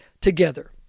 together